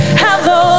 hello